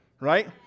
right